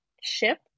ship